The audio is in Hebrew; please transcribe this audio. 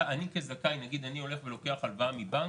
אם אני כזכאי הולך נגיד לקחת הלוואה מבנק,